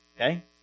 Okay